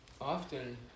often